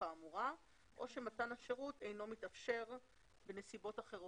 האמורה או שמתן השירות אינו מתאפשר בנסיבות אחרות".